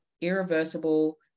irreversible